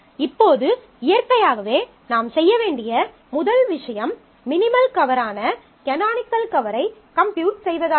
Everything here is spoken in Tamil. இப்போது இயற்கையாகவே நாம் செய்ய வேண்டிய முதல் விஷயம் மினிமல் கவரான கனானிக்கல் கவரை கம்ப்யூட் செய்வதாகும்